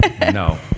No